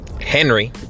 Henry